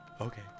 Okay